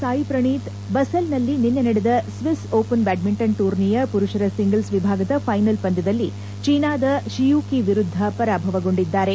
ಸಾಯ್ Praneeth Basel ನಲ್ಲಿ ನಿನ್ನೆ ನಡೆದ ಸ್ವಿಸ್ ಓಪನ್ ಬ್ಯಾಡ್ಮಿಂಟನ್ ಟೂರ್ನಿಯ ಪುರುಷರ ಸಿಂಗಲ್ಸ್ ವಿಭಾಗದ ಫೈನಲ್ ಪಂದ್ಯದಲ್ಲಿ ಚೀನಾದ ಶಿಯೂಕಿ ವಿರುದ್ದ ಪರಾಭವಗೊಂಡಿದ್ದಾರೆ